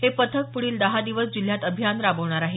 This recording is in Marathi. हे पथक पुढील दहा दिवस जिल्ह्यात अभियान राबवणार आहे